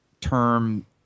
term